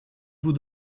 vous